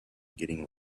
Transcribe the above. getting